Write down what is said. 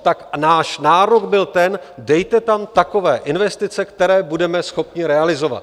Tak náš názor byl ten: dejte tam takové investice, které budeme schopni realizovat.